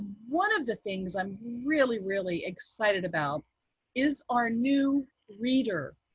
one of the things i'm really, really excited about is our new reader.